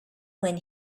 when